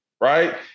right